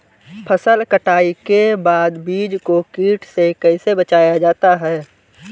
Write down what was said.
फसल कटाई के बाद बीज को कीट से कैसे बचाया जाता है?